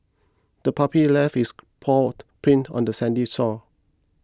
the puppy left its paw print on the sandy shore